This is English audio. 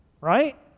right